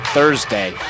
Thursday